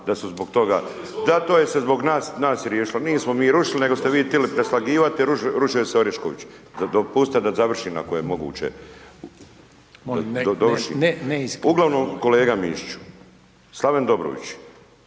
da to je se zbog nas, nas riješilo, nismo mi rušili, nego ste vi tili preslagivati, rušio se Orešković, dopustite da završim ako je moguće. Uglavnom kolega Mišiću, Slaven Dobrović,